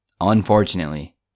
Unfortunately